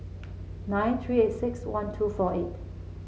nine three eight six one two four eight